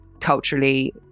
culturally